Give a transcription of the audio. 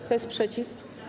Kto jest przeciw?